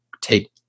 take